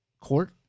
court